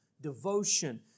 devotion